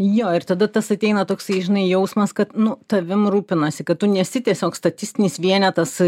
jo ir tada tas ateina toksai žinai jausmas kad nu tavim rūpinasi kad tu nesi tiesiog statistinis vienetas